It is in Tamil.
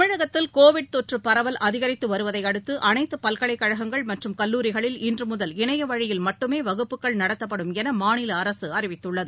தமிழகத்தில் கோவிட் தொற்றுப் பரவல் அதிகரித்துவருவதையடுத்து அனைத்துபல்கலைக்கழகங்கள் மற்றும் கல்லூரிகளில் இன்றுமுதல் இணையவழியில் மட்டுமேவகுப்புகள் நடத்தப்படும் எனமாநிலஅரசுஅறிவித்துள்ளது